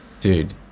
Dude